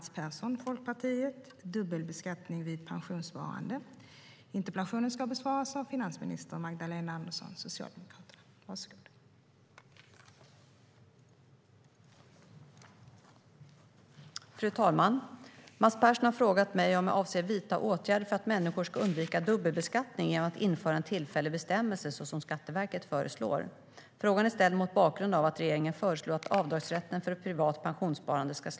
Fru talman! Mats Persson har frågat mig om jag avser att vidta åtgärder för att människor ska undvika dubbelbeskattning genom att införa en tillfällig bestämmelse så som Skatteverket föreslår. Frågan är ställd mot bakgrund av att regeringen föreslår att avdragsrätten för ett privat pensionssparande slopas.